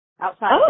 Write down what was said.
outside